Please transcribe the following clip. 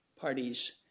parties